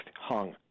hung